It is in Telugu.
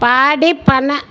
పాడి పన